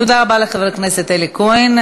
תודה רבה לחבר הכנסת אלי כהן.